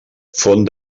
font